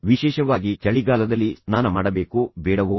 ವಿಶೇಷವಾಗಿ ಚಳಿಗಾಲದಲ್ಲಿ ಸ್ನಾನ ಮಾಡಬೇಕೋ ಬೇಡವೋ